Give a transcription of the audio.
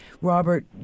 Robert